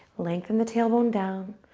lengthen the tailbone down,